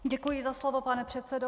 Děkuji za slovo, pane předsedo.